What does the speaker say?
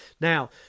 Now